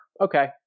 Okay